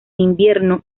invierno